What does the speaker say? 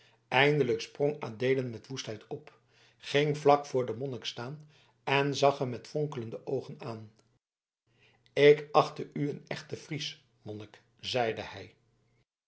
eindelijk sprong adeelen met woestheid op ging vlak voor den monnik staan en zag hem met fonkelende oogen aan ik achtte u een echten fries monnik zeide hij